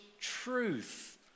truth